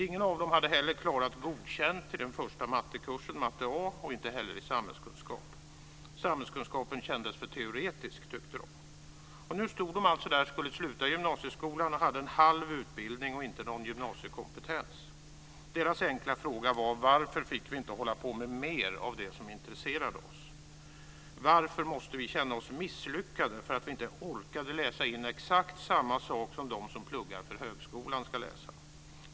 Ingen av dem hade heller klarat godkänt i den första mattekursen, matte A, och inte heller i samhällskunskap. Samhällskunskapen kändes för teoretisk, tyckte de. Nu stod de alltså där och skulle sluta gymnasieskolan och hade en halv utbildning och ingen gymnasiekompetens. Deras enkla fråga var: Varför fick vi inte hålla på med mer av det som intresserade oss? Varför måste vi känna oss misslyckade för att vi inte orkade läsa exakt samma sak som de som pluggar för högskolan ska läsa.